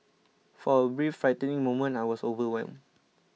for a brief frightening moment I was overwhelmed